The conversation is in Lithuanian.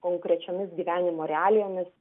konkrečiomis gyvenimo realijomis